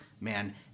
Man